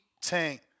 Tank